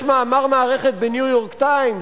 יש מאמר מערכת ב"ניו-יורק טיימס",